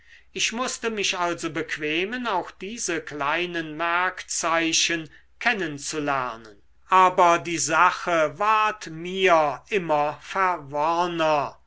ich mußte mich also bequemen auch diese kleinen merkzeichen kennen zu lernen aber die sache ward mir immer